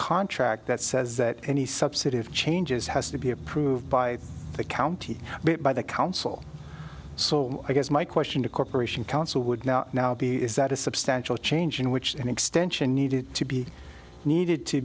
contract that says that any subsidy of changes has to be approved by the county by the council so i guess my question to corporation counsel would now be is that a substantial change in which an extension needed to be needed to